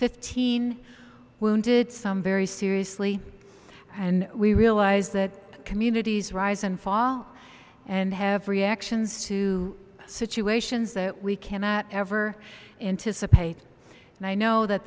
fifteen wounded some very seriously and we realize that communities rise and fall and have reactions to situations that we cannot ever anticipate and i know that